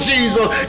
Jesus